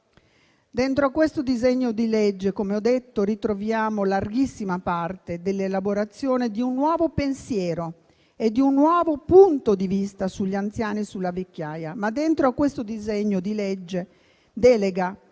Dentro questo disegno di legge, come ho detto, ritroviamo larghissima parte dell'elaborazione di un nuovo pensiero e di un nuovo punto di vista sugli anziani e sulla vecchiaia. Ma dentro a questo disegno di legge delega